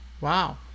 Wow